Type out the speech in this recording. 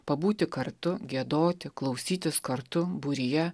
pabūti kartu giedoti klausytis kartu būryje